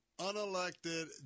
unelected